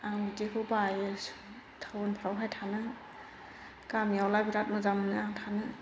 आं बिदिखौ बायो टाउनफ्रावहाय थानो गामियावलाबा बिराद मोजां मोनो आं थानो